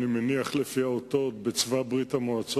אני מניח לפי האותות שזה היה בצבא ברית-המועצות,